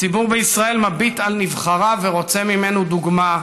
הציבור בישראל מביט על נבחריו ורוצה מהם דוגמה,